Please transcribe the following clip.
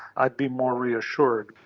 i'd be more reassured.